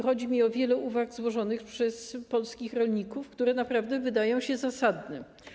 Chodzi także o wiele uwag złożonych przez polskich rolników, które naprawdę wydają się zasadne.